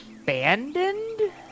abandoned